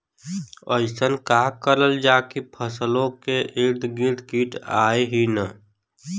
अइसन का करल जाकि फसलों के ईद गिर्द कीट आएं ही न?